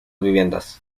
viviendas